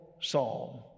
psalm